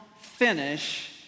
finish